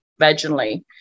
vaginally